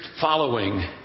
following